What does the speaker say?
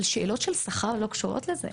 אבל שאלות של שכר לא קשורות לזה.